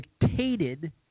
dictated